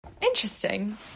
Interesting